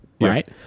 Right